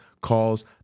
calls